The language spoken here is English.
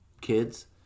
kids